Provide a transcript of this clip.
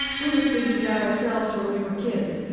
we just figured it out ourselves when we were kids.